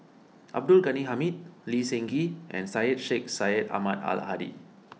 Abdul Ghani Hamid Lee Seng Gee and Syed Sheikh Syed Ahmad Al Hadi